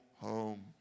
home